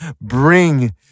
Bring